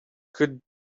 could